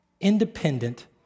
independent